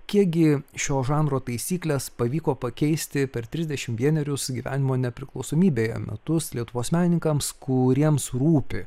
kiek gi šio žanro taisykles pavyko pakeisti per trisdešimt vienerius gyvenimo nepriklausomybėje metus lietuvos menininkams kuriems rūpi